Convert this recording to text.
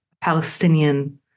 Palestinian